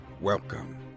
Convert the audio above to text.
Welcome